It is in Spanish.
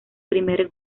primer